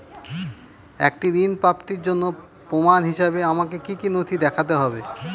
একটি ঋণ প্রাপ্তির জন্য প্রমাণ হিসাবে আমাকে কী কী নথি দেখাতে হবে?